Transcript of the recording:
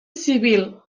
civil